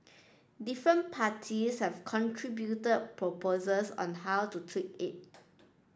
different parties have contributed proposals on how to tweak it